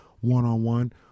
one-on-one